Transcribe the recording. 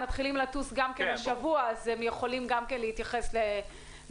הם מתחילים לטוס השבוע אז הם יכולים להתייחס למחיר